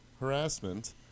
harassment